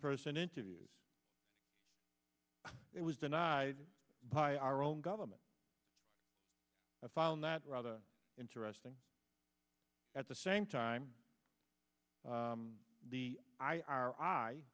person interviews it was denied by our own government i found that rather interesting at the same time the i r i